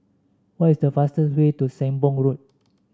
what is the fastest way to Sembong Road